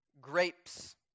grapes